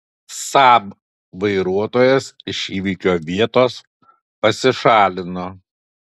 saab vairuotojas iš įvykio vietos pasišalino